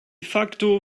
facto